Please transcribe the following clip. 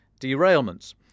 derailments